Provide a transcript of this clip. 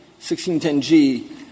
1610G